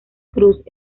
cruz